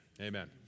amen